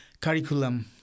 curriculum